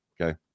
Okay